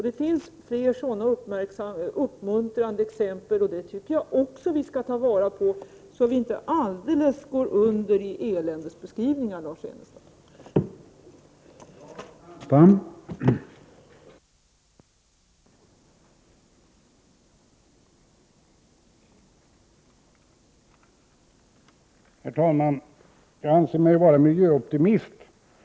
Det finns flera sådana uppmuntrande exempel, och jag tycker att vi skall ta till vara också dem, så att vi inte går under i eländesbeskrivningar, Lars Ernestam.